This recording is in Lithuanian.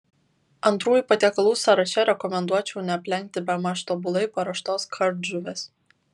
antrųjų patiekalų sąraše rekomenduočiau neaplenkti bemaž tobulai paruoštos kardžuvės